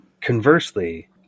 conversely